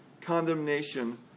condemnation